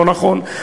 לא נכון.